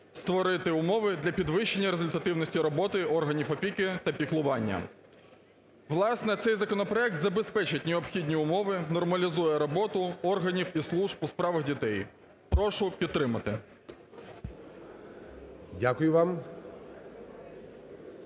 створити умови для підвищення результативності роботи органів опіки та піклування. Власне, цей законопроект забезпечить необхідні умови, нормалізує роботу органів і служб у справах дітей. Прошу підтримати. ГОЛОВУЮЧИЙ.